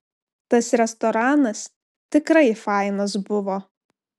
tas restoranas tikrai fainas buvo